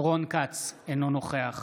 אינו נוכח